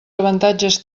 avantatges